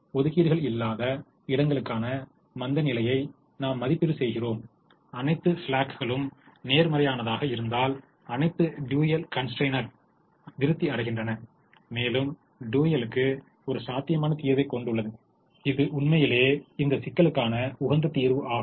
ஒதுக்கீடுகள் இல்லாத இடங்களுக்கான மந்தநிலையை நாம் மதிப்பீடு செய்கிறோம் அனைத்து ஸ்லாக்குகளும் நேர்மறையானதாக இருந்தால் அனைத்து டூயல் கன்ஸ்டரைண்ட் திருப்தி அடைகின்றன மேலும் டூயலுக்கு ஒரு சாத்தியமான தீர்வைக் கொண்டுள்ளது இது உண்மையிலே இந்த சிக்கலுக்காண உகந்த தீர்வாகும்